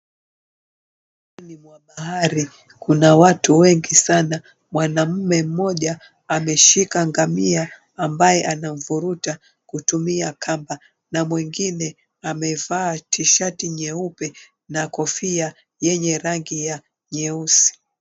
Ufuoni mwa bahari kuna watu wengi sana. Mwanaume mmoja ameshika ngamia ambaye anamvuruta kutumia kamba na mwingine amevaa t-shirt nyeupe na kofia yenye rangi ya nyeusi.